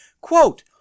Quote